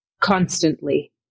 constantly